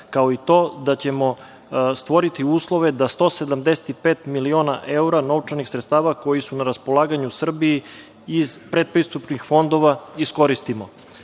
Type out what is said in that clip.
kao i to da ćemo stvoriti uslove da 175 miliona evra novčanih sredstava koji su na raspolaganju Srbiji iz pretpristupnih fondova iskoristimo. Kada